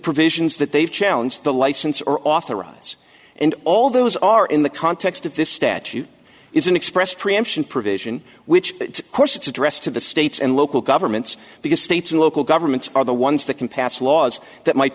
provisions that they've challenge the license or authorize and all those are in the context of this statute is an expressed preemption provision which course it's addressed to the states and local governments because states and local governments are the ones that can pass laws that might